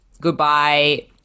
goodbye